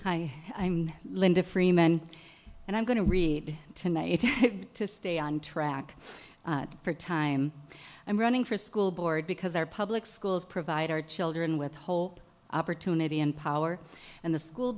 i'm linda freeman and i'm going to read tonight to stay on track for time i'm running for school board because our public schools provide our children with whole opportunity and power and the school